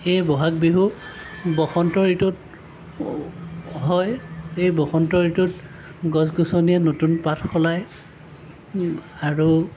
এই বহাগ বিহু বসন্ত ঋতুত হয় এই বসন্ত ঋতুত গছ গছনিয়ে নতুন পাত সলায় আৰু